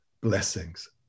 blessings